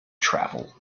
travel